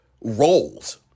roles